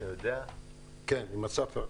עם אסף.